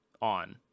on